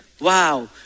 Wow